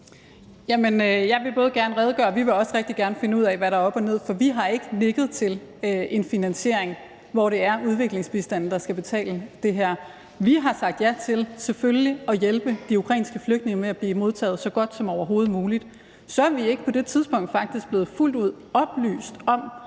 jeg vil både gerne redegøre for det, og vi vil også rigtig gerne finde ud af, hvad der er op og ned, for vi har ikke nikket til en finansiering, hvor det er udviklingsbistanden, der skal finansiere det her. Vi har sagt ja til, selvfølgelig, at hjælpe de ukrainske flygtninge med at blive modtaget så godt som overhovedet muligt, og så er vi faktisk ikke på det tidspunkt blevet fuldt ud oplyst om,